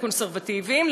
לקונסרבטיבים,